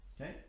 Okay